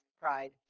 pride